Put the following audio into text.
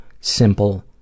simple